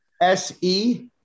S-E